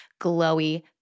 glowy